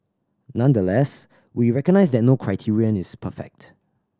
nonetheless we recognise that no criterion is perfect